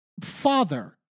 father